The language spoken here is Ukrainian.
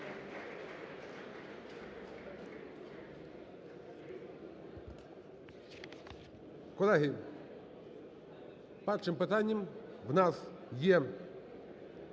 Колеги, першим питанням в нас є